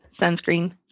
sunscreen